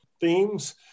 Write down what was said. themes